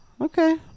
Okay